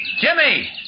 Jimmy